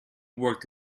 worked